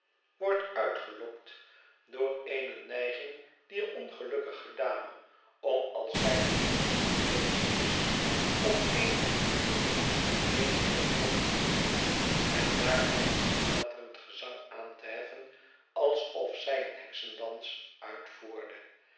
wordt uitgelokt door eene neiging dier ongelukkige dame om als zij eens op de beenen is om een of ander ding heen in het rond te huppelen en daarbij een snaterend gezang aan te heffen alsof zij een heksendans uitvoerde